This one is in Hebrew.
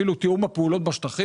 אפילו תיאום הפעולות בשטחים,